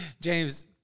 James